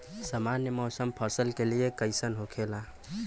सामान्य मौसम फसल के लिए कईसन होखेला?